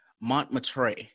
Montmartre